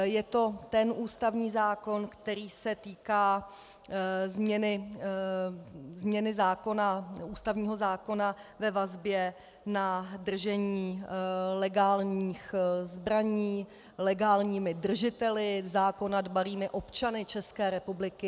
Je to ten ústavní zákon, který se týká změny ústavního zákona ve vazbě na držení legálních zbraní legálními držiteli, zákona dbalými občany České republiky.